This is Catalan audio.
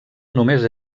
només